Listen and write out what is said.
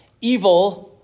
Evil